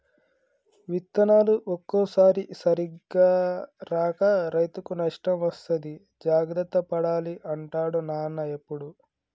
విత్తనాలు ఒక్కోసారి సరిగా రాక రైతుకు నష్టం వస్తది జాగ్రత్త పడాలి అంటాడు నాన్న ఎప్పుడు